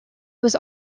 was